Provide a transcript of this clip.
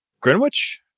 Greenwich